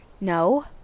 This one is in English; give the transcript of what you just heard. No